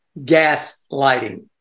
gaslighting